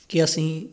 ਕਿ ਅਸੀਂ